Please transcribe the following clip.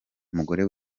umugore